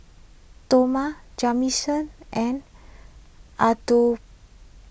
Toma Jamison and Adolph